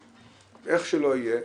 איך שלא יהיה,